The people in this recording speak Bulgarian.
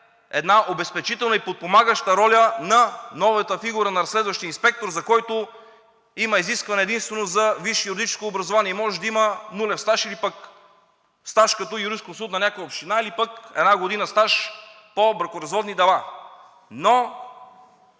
една обезпечителна и подпомагаща роля на новата фигура на следващия инспектор, за който има изискване единствено за висше юридическо образование – може да има нулев стаж или пък стаж като юрисконсулт на някаква община, или пък една година стаж по бракоразводни дела, но